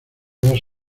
dos